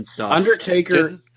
Undertaker